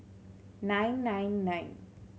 nine nine nine